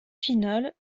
finale